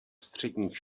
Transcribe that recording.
středních